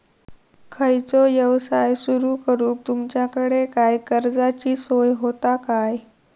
खयचो यवसाय सुरू करूक तुमच्याकडे काय कर्जाची सोय होता काय?